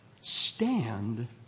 Stand